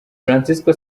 francisco